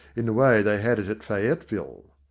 in the way they had it at fayetteville.